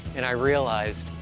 and i realized,